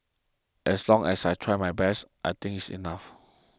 as long as I tried my best I think it is enough